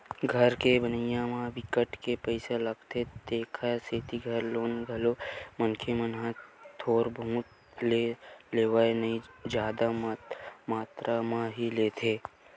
घर के बनाए म बिकट के पइसा लागथे तेखर सेती घर लोन घलो मनखे मन ह थोर बहुत तो लेवय नइ जादा मातरा म ही लेथे